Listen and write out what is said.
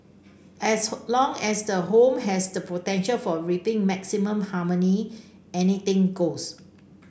as long as the home has the potential for reaping maximum harmony anything goes